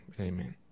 Amen